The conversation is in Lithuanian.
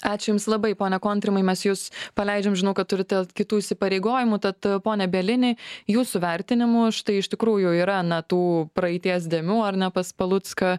ačiū jums labai pone kontrimai mes jus paleidžiam žinau kad turite kitų įsipareigojimų tad pone bielini jūsų vertinimu štai iš tikrųjų yra na tų praeities dėmių ar ne pas palucką